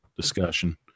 discussion